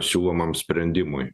siūlomam sprendimui